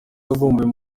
yavumbuye